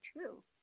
true